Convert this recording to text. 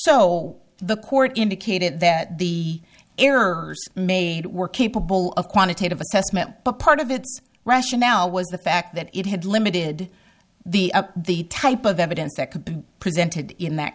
so the court indicated that the errors made were capable of quantitative assessment but part of its russia now was the fact that it had limited the up the type of evidence that could be presented in that